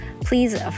Please